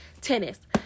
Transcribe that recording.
tennis